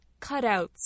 Cutouts